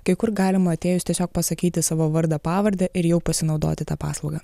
kai kur galima atėjus tiesiog pasakyti savo vardą pavardę ir jau pasinaudoti ta paslauga